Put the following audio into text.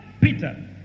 Peter